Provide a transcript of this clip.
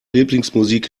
lieblingsmusik